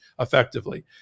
effectively